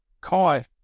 Kai